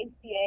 ACA